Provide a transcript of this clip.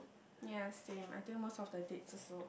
ya same I think most of the dates also